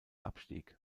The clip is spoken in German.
abstieg